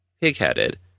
pig-headed